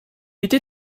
était